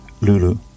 Lulu